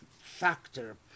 factor